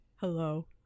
Hello